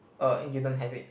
err you don't have it